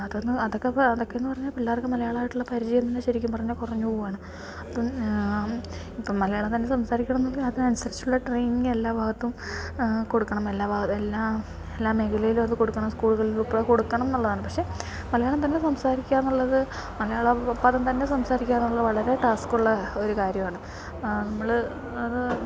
അതൊന്ന് അതൊക്കെ അതൊക്കെ എന്ന് പറഞ്ഞാൽ പിള്ളേർക്ക് മലയാളം ആയിട്ടുള്ള പരിചയം തന്നെ ശരിക്കും പറഞ്ഞാൽ കുറഞ്ഞ് പോവാണ് അപ്പം ഇപ്പം മലയാളം തന്നെ സംസാരിക്കണം എങ്കിൽ അതിന് അനുസരിച്ചുള്ള ട്രേയ്നിങ്ങെല്ലാ ഭാഗത്തും കൊടുക്കണം എല്ലാ ഭാഗം എല്ലാ എല്ലാ മേഖലയിലും അത് കൊടുക്കണം സ്കൂള്കളിലുൾപ്പെടെ കൊടുക്കണം എന്നുള്ളതാണ് പക്ഷേ മലയാളം തന്നെ സംസാരിക്കുക എന്നുള്ളത് മലയാളം പദം തന്നെ സംസാരിക്കുക എന്നുള്ള വളരെ ടാസ്ക്കൊള്ള ഒരു കാര്യമാണ് നമ്മൾ അത്